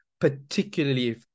particularly